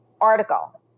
article